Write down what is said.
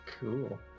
Cool